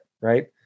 Right